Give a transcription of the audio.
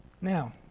Now